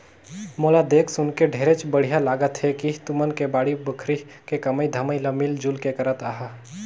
मोला देख सुनके ढेरेच बड़िहा लागत हे कि तुमन के बाड़ी बखरी के कमई धमई ल मिल जुल के करत अहा